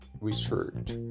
research